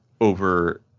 over